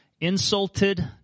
insulted